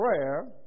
prayer